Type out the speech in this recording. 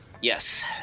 Yes